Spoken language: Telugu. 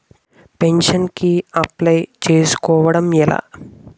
పెన్షన్ కి అప్లయ్ చేసుకోవడం ఎలా?